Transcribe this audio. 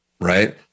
right